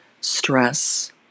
stress